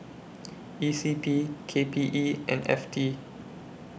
E C P K P E and F T